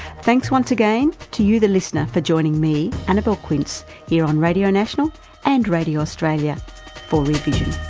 thanks once again to you the listener for joining me, annabelle quince here on radio national and radio australia for rear vision